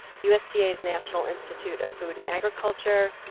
usda's national institute of food and agriculture,